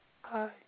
Hi